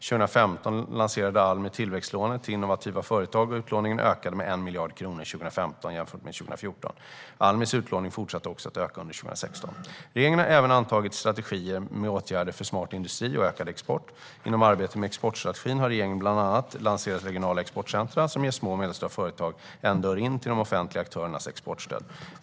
2015 lanserade Almi tillväxtlånet till innovativa företag och utlåningen ökade med 1 miljard kronor 2015 jämfört med 2014. Almis utlåning fortsatte också att öka under 2016. Regeringen har även antagit strategier med åtgärder för smart industri och ökad export. Inom arbetet med exportstrategin har regeringen bland annat lanserat regionala exportcentra som ger små och medelstora företag "en dörr in" till de offentliga aktörernas exportstöd.